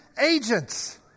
agents